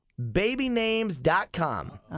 Babynames.com